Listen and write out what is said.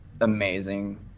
amazing